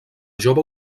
jove